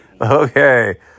Okay